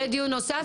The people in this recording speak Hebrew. יהיה דיון נוסף,